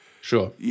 Sure